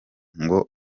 ngo